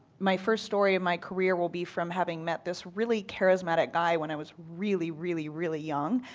my first story of my career will be from having met this really charismatic guy when i was really, really, really young.